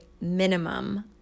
minimum